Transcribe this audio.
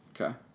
Okay